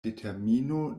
determino